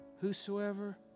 whosoever